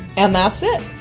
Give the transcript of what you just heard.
and that's it!